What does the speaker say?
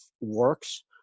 works